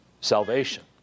Salvation